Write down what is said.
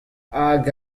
hag